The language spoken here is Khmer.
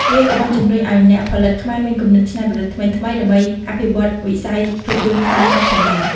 វាក៏បានជំរុញឲ្យអ្នកផលិតខ្មែរមានគំនិតច្នៃប្រឌិតថ្មីៗដើម្បីអភិវឌ្ឍវិស័យភាពយន្តក្នុងស្រុកផងដែរ។